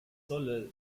solle